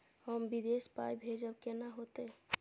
हम विदेश पाय भेजब कैना होते?